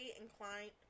inclined